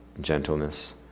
gentleness